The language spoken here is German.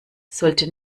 sollte